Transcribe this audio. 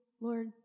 Lord